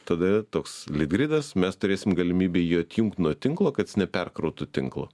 tada toks ligridas mes turėsim galimybę jį atjungt nuo tinklo kad jis neperkrautų tinklo